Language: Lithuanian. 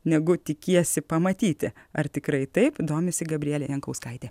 negu tikiesi pamatyti ar tikrai taip domisi gabrielė jankauskaitė